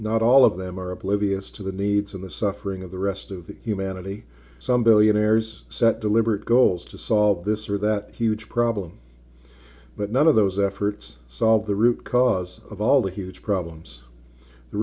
not all of them are oblivious to the needs of the suffering of the rest of the humanity some billionaires set deliberate goals to solve this or that huge problem but none of those efforts solve the root cause of all the huge problems the